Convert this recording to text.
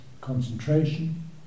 concentration